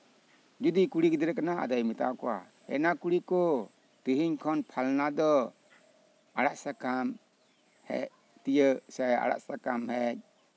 ᱡᱩᱫᱤᱭ ᱠᱩᱲᱤ ᱜᱤᱫᱽᱨᱟᱹ ᱠᱟᱱᱟ ᱟᱫᱚᱭ ᱢᱮᱛᱟ ᱠᱚᱣᱟ ᱮᱱᱟ ᱠᱩᱲᱤ ᱠᱚ ᱛᱮᱦᱮᱧ ᱠᱷᱚᱱ ᱯᱷᱟᱞᱱᱟ ᱫᱚ ᱟᱲᱟᱜ ᱥᱟᱠᱟᱢ ᱦᱮᱡ ᱛᱤᱭᱳᱜ ᱥᱮ ᱦᱮᱡ ᱥᱟᱠᱟᱢ ᱦᱮᱡ